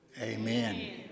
Amen